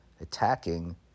attacking